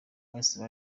bahise